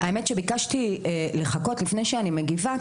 האמת שביקשתי לחכות לפני שאני מגיבה,